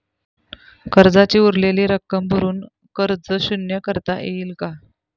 कर्जाची उरलेली रक्कम भरून कर्ज शून्य करता येईल का?